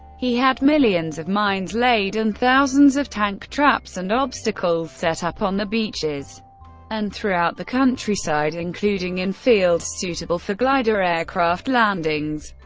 he had millions of mines laid and thousands of tank traps and obstacles set up on the beaches and throughout the countryside, including in fields suitable for glider aircraft landings,